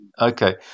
okay